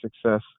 success